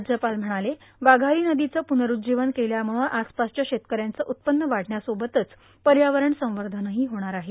राज्यपाल म्हणाले वाघारां नदींचं प्नरुज्जीवन केल्यामुळ आसपासच्या शेतकऱ्यांचं उत्पन्न वाढण्याबरोबरच पयावरण संवधंनही होणार आहे